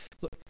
Look